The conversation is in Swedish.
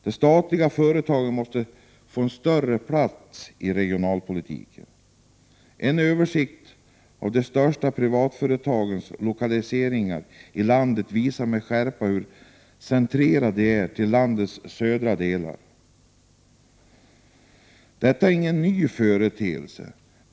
De statliga företagen måste få en större plats i regionalpolitiken. En översikt av de största privatföretagens lokaliseringar i landet visar med skärpa hur koncentrerade de är till landets södra delar. Detta är inte någon ny företeelse.